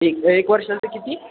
एक एक वर्षाचे किती